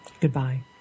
Goodbye